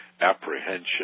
apprehension